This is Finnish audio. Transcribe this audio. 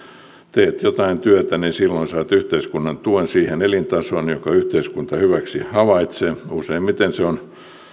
teet jotain työtä niin silloin saat yhteiskunnan tuen siihen elintasoon jonka yhteiskunta hyväksi havaitsee useimmiten se on